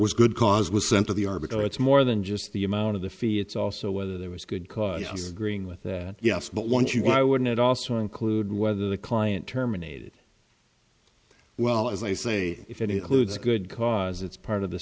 was good cause was sent to the arbitrator it's more than just the amount of the fee it's also whether there was good cause agreeing with that yes but once you why wouldn't it also include whether the client terminated well as i say if it includes a good cause it's part of the